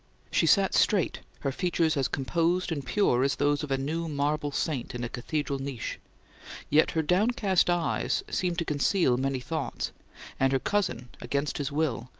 she sat straight, her features as composed and pure as those of a new marble saint in a cathedral niche yet her downcast eyes seemed to conceal many thoughts and her cousin, against his will,